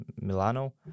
Milano